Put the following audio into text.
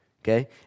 okay